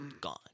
Gone